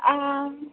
आं